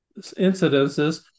incidences